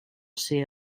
ser